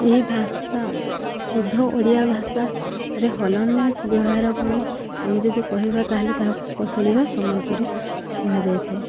ଏହି ଭାଷା ଶୁଦ୍ଧ ଓଡ଼ିଆ ଭାଷାରେ ହଳନ୍ତ ବ୍ୟବହାର କରି ଆମେ ଯଦି କହିବା ତା'ହେଲେ ତାହାକୁ କୌଶଳିବା ସମ୍ବଲପୁରୀ କୁହାଯାଇଥାଏ